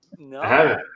No